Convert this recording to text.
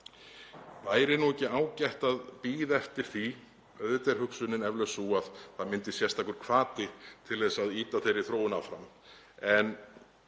Væri nú ekki ágætt að bíða eftir því? Auðvitað er hugsunin eflaust sú að það myndist sérstakur hvati til að ýta þeirri þróun áfram,